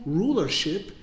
rulership